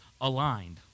aligned